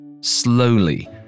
Slowly